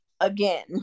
again